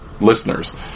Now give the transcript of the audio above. listeners